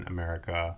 America